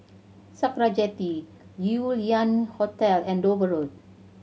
Sakra Jetty Yew Lian Hotel and Dover Road